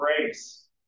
grace